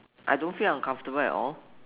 I don't feel uncomfortable at all